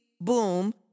boom